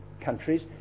countries